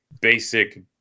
basic